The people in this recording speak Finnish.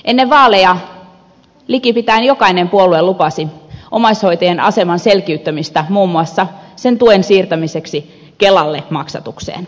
ennen vaaleja likipitäen jokainen puolue lupasi omaishoitajien aseman selkiyttämistä muun muassa sen tuen siirtämiseksi kelalle maksatukseen